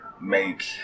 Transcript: make